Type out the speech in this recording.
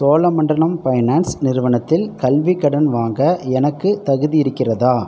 Cholamandalam finance நிறுவனத்தில் கல்விக் கடன் வாங்க எனக்குத் தகுதி இருக்கிறதா